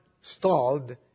stalled